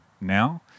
now